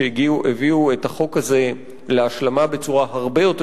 שהביאו את החוק הזה להשלמה בצורה הרבה יותר